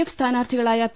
F സ്ഥാനാർത്ഥികളായ P